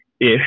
ish